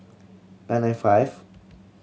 nine nine five